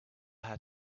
had